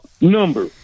number